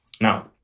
Now